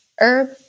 herb